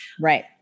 Right